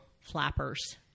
flappers